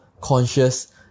conscious